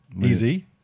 Easy